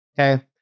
Okay